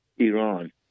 Iran